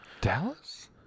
dallas